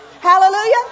Hallelujah